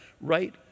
right